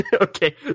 Okay